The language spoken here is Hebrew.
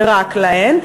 ורק להן,